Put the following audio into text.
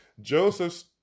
Joseph